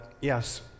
yes